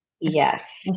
Yes